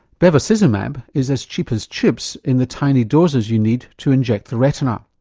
bevacizumab is as cheap as chips in the tiny doses you need to inject the retina,